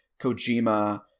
Kojima